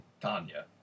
Tanya